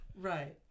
Right